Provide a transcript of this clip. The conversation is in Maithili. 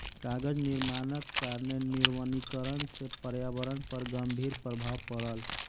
कागज निर्माणक कारणेँ निर्वनीकरण से पर्यावरण पर गंभीर प्रभाव पड़ल